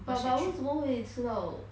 but but 为什么会吃到